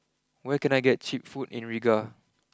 where can I get cheap food in Riga